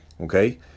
Okay